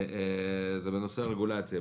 בנושא הרגולציה.